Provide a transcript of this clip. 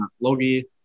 Logie